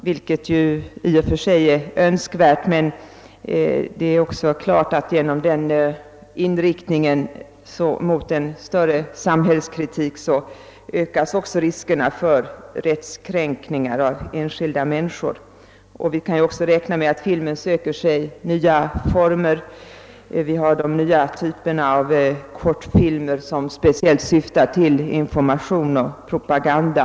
Detta är i och för sig önskvärt, men genom inriktningen mot en vidgad samhällskritik ökas också riskerna för rättskränkningar av enskilda människor. Vi kan också räkna med att filmen söker sig nya former — vi har de nya typerna av kortfilmer som speciellt syftar till information och propaganda.